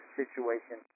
situation